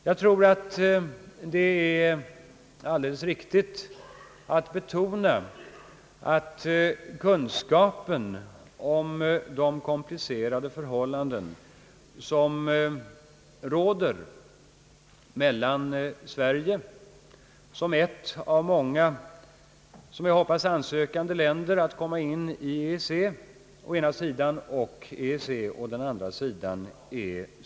Jag tror att det är riktigt att betona att kunskapen är stor hos herr Lange men ofta är bristfällig hos allmänheten om de komplicerade förhållanden som råder mellan Sverige som ett av många ansökande länder att komma in i EEC å ena sidan och EEC å den andra sidan.